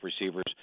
receivers